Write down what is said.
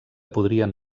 podrien